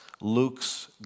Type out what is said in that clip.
Luke's